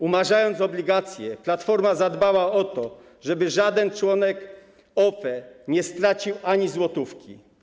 Umarzając obligacje, Platforma zadbała o to, żeby żaden członek OFE nie stracił ani złotówki.